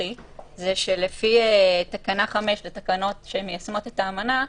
לפי תקנה 5 לתקנות שמיישמות את האמנה,